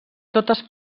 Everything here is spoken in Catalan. totes